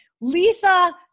Lisa